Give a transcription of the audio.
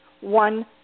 one